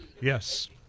Yes